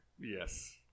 Yes